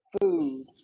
food